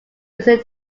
user